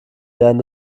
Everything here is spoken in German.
während